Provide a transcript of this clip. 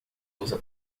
usa